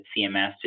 CMS